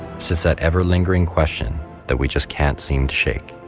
sits that ever lingering question that we just can't seem to shake